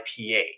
IPA